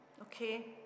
Okay